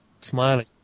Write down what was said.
smiling